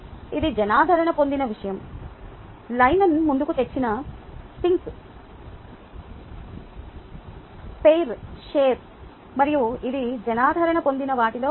ఇది జనాదరణ పొందిన విషయం లైమన్ ముందుకు తెచ్చిన థింక్ - పైర్ - షేర్ మరియు ఇది జనాదరణ పొందిన వాటిలో ఒకటి